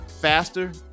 faster